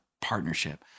partnership